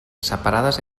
separades